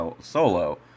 solo